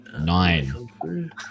Nine